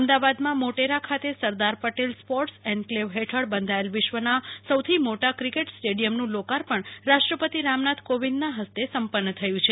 અમદાવાદમાં મોટેરા ખાતે Sardar Patel sports enclave હેઠળબંધાયેલા વિશ્વના સૌથી મોટા ક્રિકેટ સ્ટેડીયમનું લોકાર્પણ રાષ્ટ્રપતિ રામનાથકોવિંદના ફસ્તે સંપન્ન થયું છે